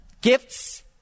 Gifts